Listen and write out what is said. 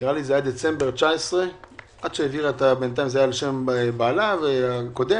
נראה לי שזה היה דצמבר 19'. זה היה על שם בעלה הקודם.